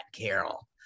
Carol